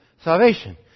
salvation